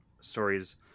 stories